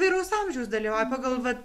įvairaus amžiaus dalyvauja pagal vat